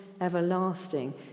everlasting